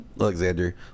Alexander